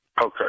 Okay